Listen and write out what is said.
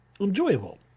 enjoyable